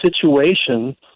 situation